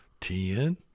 10